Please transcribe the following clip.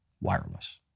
wireless